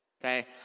okay